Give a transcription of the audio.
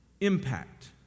impact